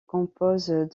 compose